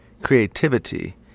creativity